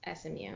SMU